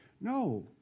No